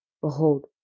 behold